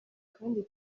kandi